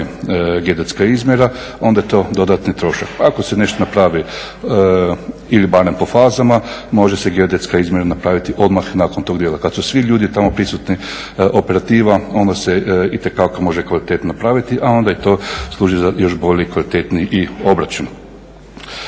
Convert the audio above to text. geodetska izmjera onda je to dodatni trošak. Ako se nešto napravi ili barem po fazama može se geodetska izmjera napraviti odmah nakon tog dijela. Kada su svi ljudi tamo prisutni, operativa onda se može itekako kvalitetno napraviti, a onda to služi za još bolji i kvalitetniji obračun.